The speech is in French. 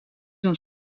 ont